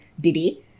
Diddy